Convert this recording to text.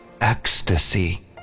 ecstasy